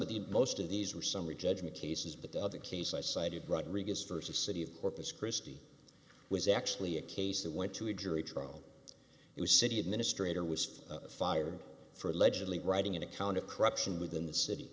of the most of these were summary judgment cases but the other case i cited rodriguez st of city of corpus christi was actually a case that went to a jury trial it was city administrator was for fired for allegedly writing an account of corruption within the city